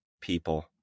people